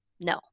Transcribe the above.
No